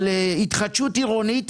על התחדשות עירונית,